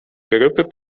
grupy